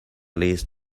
least